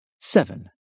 Seven